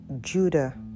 Judah